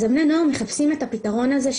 אז בני הנוער מחפשים את הפתרון הזה,